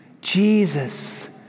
Jesus